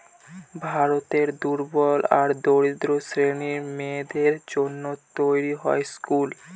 ভারতের দুর্বল আর দরিদ্র শ্রেণীর মেয়েদের জন্য তৈরী হয় স্কুল